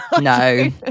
No